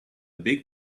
big